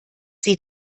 sie